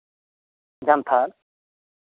ᱡᱟᱱᱛᱷᱟᱲ